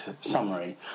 summary